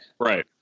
Right